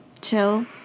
chill